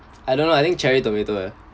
I don't know I think cherry tomato ah